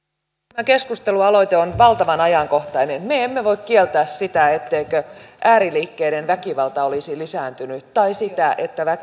tämä keskustelualoite on valtavan ajankohtainen me emme voi kieltää sitä etteikö ääriliikkeiden väkivalta olisi lisääntynyt tai sitä että